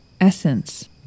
essence